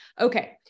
okay